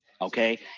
Okay